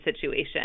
situation